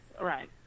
right